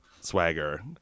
swagger